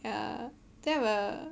ya then I'm err